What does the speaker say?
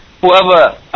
whoever